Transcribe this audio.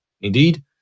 Indeed